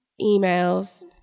Emails